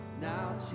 now